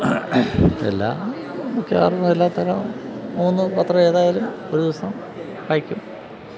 എല്ലാം മിക്കവാറും എല്ലാത്തരം മൂന്ന് പത്രം ഏതായാലും ഒരു ദിവസം വായിക്കും